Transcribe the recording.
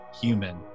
Human